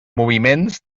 moviments